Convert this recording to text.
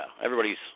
Everybody's